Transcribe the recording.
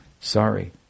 sorry